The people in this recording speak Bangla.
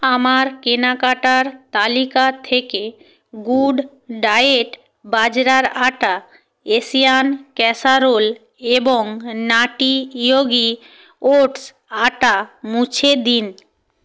আমার কেনাকাটার তালিকা থেকে গুড ডায়েট বাজরার আটা এশিয়ান ক্যাসারোল এবং নাটি ইয়োগি ওটস আটা মুছে দিন